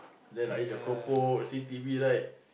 then like eat the keropok see T_V right